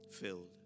filled